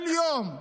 כל יום שהשר,